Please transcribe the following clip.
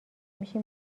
میشی